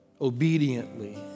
obediently